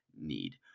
need